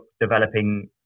developing